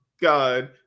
god